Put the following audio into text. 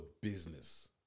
business